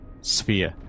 sphere